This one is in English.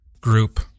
group